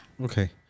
Okay